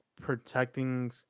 protecting